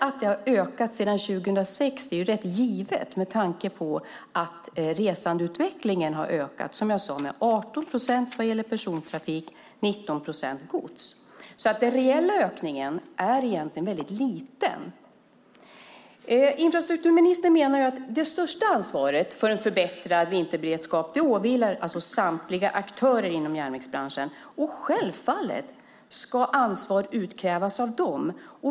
Att det har ökat sedan 2006 är rätt givet med tanke på resandeutvecklingen. Antalet resor har ökat med 18 procent vad gäller persontrafik och 19 procent för gods. Den reella ökningen är egentligen väldigt liten. Infrastrukturministern menar att det största ansvaret för en förbättrad vinterberedskap åvilar samtliga aktörer inom järnvägsbranschen. Självfallet ska ansvar utkrävas av dem.